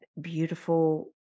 beautiful